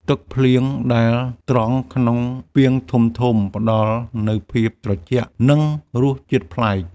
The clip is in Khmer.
ទឹកភ្លៀងដែលត្រងក្នុងពាងធំៗ ផ្ដល់នូវភាពត្រជាក់ និងរសជាតិប្លែក។